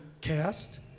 cast